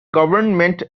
government